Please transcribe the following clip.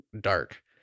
dark